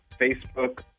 Facebook